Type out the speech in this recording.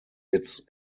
its